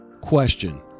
question